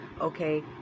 okay